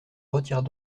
retire